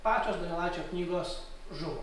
pačios donelaičio knygos žuvo